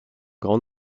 grand